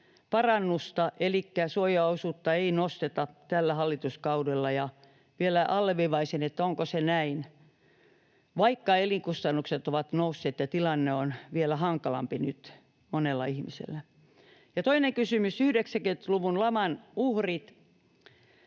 parannusta, elikkä suojaosuutta ei nosteta tällä hallituskaudella. Vielä alleviivaisin: onko se näin, vaikka elinkustannukset ovat nousseet ja tilanne on nyt vielä hankalampi monella ihmisellä? Ja toinen kysymys 90-luvun laman uhreista: